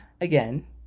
again